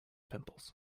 pimples